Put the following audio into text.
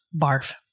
Barf